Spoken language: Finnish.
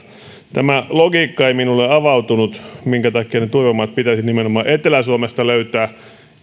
tämä logiikka ei minulle avautunut minkä takia ne turvemaat pitäisi nimenomaan etelä suomesta löytää